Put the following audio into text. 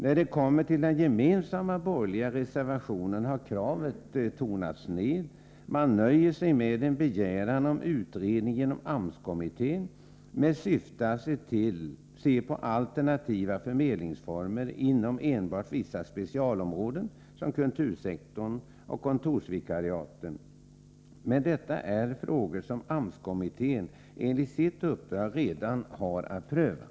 När det kommer till den gemensamma borgerliga reservationen har kravet tonats ned. Man nöjer sig med en begäran om utredning genom AMS-kommittén med syfte att se på alternativa förmedlingsformer enbart inom vissa specialområden, som kultursektorn och kontorsvikariatssektorn. Men detta är frågor som AMS-kommittén, enligt sitt uppdrag, redan har att pröva.